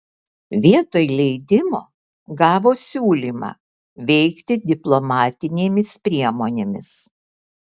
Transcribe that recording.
vietoj leidimo gavo siūlymą veikti diplomatinėmis priemonėmis